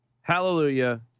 Hallelujah